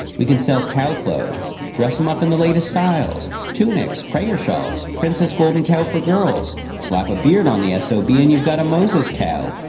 we can sell cow clothes. dress em up in the latest styles. tunics! prayer shawls! princess golden cow for girls. slap a beard on the s o b. and you've got a moses cow.